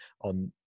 on